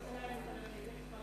יש לך זכות לנסוע מירושלים לתל-אביב.